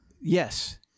Yes